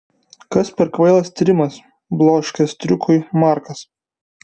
kas per kvailas tyrimas bloškė striukiui markas